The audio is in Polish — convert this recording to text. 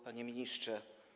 Panie Ministrze!